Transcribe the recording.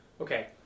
Okay